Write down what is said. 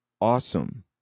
awesome